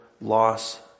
loss